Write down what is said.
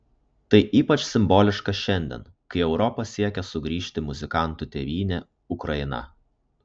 tai ypač simboliška šiandien kai į europą siekia sugrįžti muzikantų tėvynė ukraina